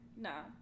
No